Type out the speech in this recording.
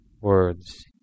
words